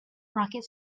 rocket